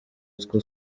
utwo